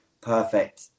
perfect